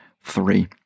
Three